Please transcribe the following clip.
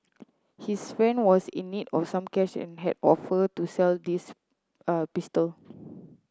his friend was in need of some cash and had offered to sell this a pistol